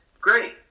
great